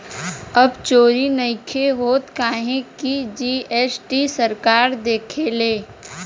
अब चोरी नइखे होत काहे की जी.एस.टी सरकार देखेले